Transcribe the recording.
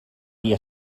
dir